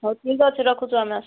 ହଉ ଠିକ୍ ଅଛି ରଖୁଛି ଆମେ ଆସୁଛୁ